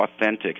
authentic